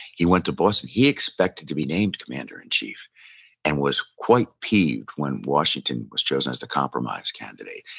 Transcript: he went to boston he expected to be named commander-in-chief, and was quite peeved when washington was chosen as the compromise candidate.